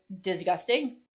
disgusting